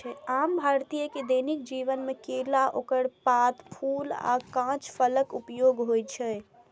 आम भारतीय के दैनिक जीवन मे केला, ओकर पात, फूल आ कांच फलक उपयोग होइ छै